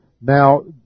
Now